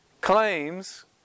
claims